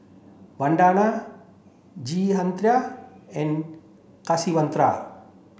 Vandana Jehangirr and Kasiviswanathan